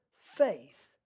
faith